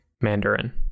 Mandarin